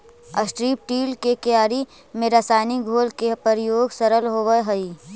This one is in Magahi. स्ट्रिप् टील के क्यारि में रसायनिक घोल के प्रयोग सरल होवऽ हई